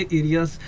areas